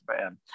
man